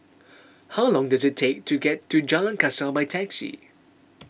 how long does it take to get to Jalan Kasau by taxi